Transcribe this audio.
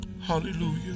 Hallelujah